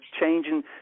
changing